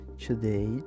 today